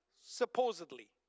supposedly